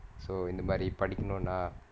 so இந்த மாரி படிகனுன்னா:intha maari padikanunnaa